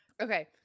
Okay